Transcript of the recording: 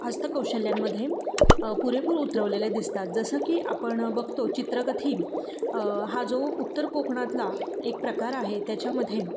हस्तकौशल्यांमध्ये पुरेपूर उतरवलेले दिसतात जसं की आपण बघतो चित्रकथी हा जो उत्तर कोकणातला एक प्रकार आहे त्याच्यामध्ये